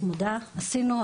מודה עשינו,